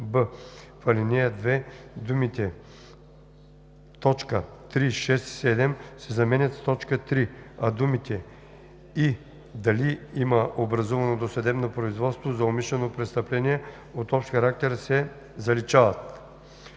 в ал. 2 думите „т. 3, 6 и 7“ се заменят с „т. 3“, а думите „и дали има образувано досъдебно производство за умишлено престъпление от общ характер“ се заличават.